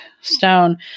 stone